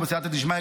בסייעתא דשמיא,